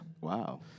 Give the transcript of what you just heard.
Wow